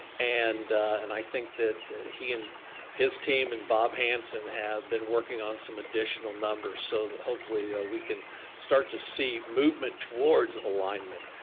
and and i think that he and his team and bob hanson have been working on some additional numbers, so hopefully, ah we can start to see movement towards alignment.